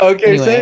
Okay